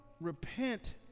repent